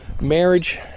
marriage